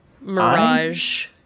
Mirage